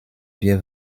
wir